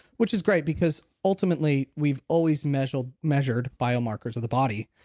which is great because ultimately we've always measured measured biomarkers of the body.